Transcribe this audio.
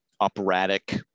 operatic